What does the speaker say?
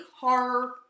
Horror